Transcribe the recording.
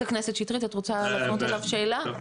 שטרית, את רוצה להפנות אליו שאלה?